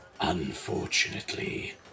Unfortunately